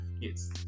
Yes